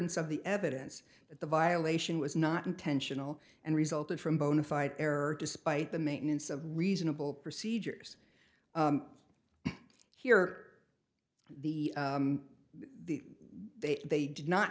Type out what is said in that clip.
in some of the evidence that the violation was not intentional and resulted from bonafide error despite the maintenance of reasonable procedures here the the they they did not